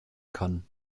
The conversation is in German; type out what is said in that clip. kann